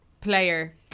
player